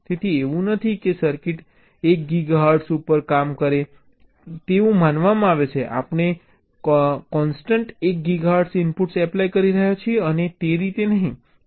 તેથી એવું નથી કે સર્કિટ 1 ગીગાહર્ટ્ઝ ઉપર કામ કરે તેવું માનવામાં આવે છે આપણે કોન્સ્ટન્ટ 1 ગીગાહર્ટ્ઝમાં ઇનપુટ્સ એપ્લાય કરી રહ્યા છીએ અને તે રીતે નહીં આઉટપુટ તપાસી રહ્યા છીએ